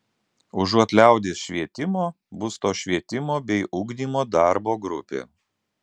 užuot liaudies švietimo bus to švietimo bei ugdymo darbo grupė